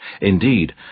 Indeed